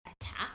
attack